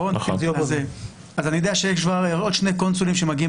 אני יודע שיש עוד שני קונסולים שמגיעים